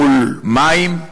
מול מים?